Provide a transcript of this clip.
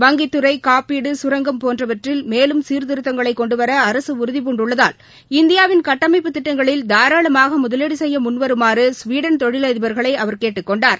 வங்கித்குறை காப்பீடு சுரங்கம் போன்றவற்றில் மேலும் சீர்திருத்தங்களைகொண்டுவரஅரசுஉறுதிபூண்டுள்ளதால் கட்டமைப்பு திட்டங்களில் இந்தியாவின் தாராளமாகமுதலீடுசெய்யமுன்வருமாறு ஸ்வீடன் தொழிலதிபர்களைஅவர் கேட்டுக் கொண்டார்